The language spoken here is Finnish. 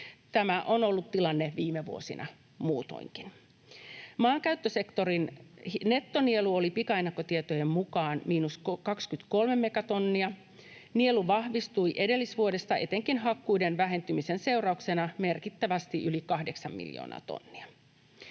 Tämä on ollut tilanne viime vuosina muutoinkin. Maankäyttösektorin nettonielu oli pikaennakkotietojen mukaan miinus 23 megatonnia. Nielu vahvistui edellisvuodesta etenkin hakkuiden vähentymisen seurauksena merkittävästi, yli 8 miljoonaa tonnia.